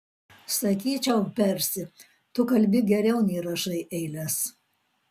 sakyčiau persi tu kalbi geriau nei rašai eiles